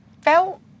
felt